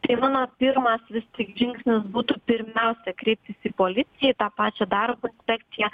tai mano pirmas vis tik žingsnis būtų pirmiausia kreiptis į policiją į tą pačią darbo inspekciją